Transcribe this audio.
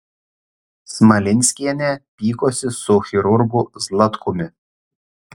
smalinskienė pykosi su chirurgu zlatkumi